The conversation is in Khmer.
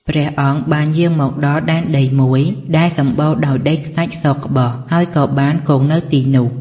ព្រះអង្គបានយាងមកដល់ដែនដីមួយដែលសម្បូរដោយដីខ្សាច់សក្បុស ហើយក៏បានគង់នៅទីនោះ។